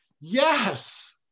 Yes